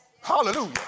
Hallelujah